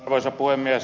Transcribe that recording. arvoisa puhemies